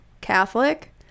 catholic